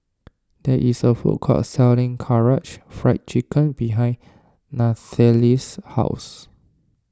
there is a food court selling Karaage Fried Chicken behind Nathaly's house